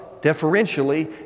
deferentially